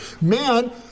Man